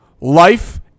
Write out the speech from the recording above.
Life